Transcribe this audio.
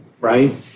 right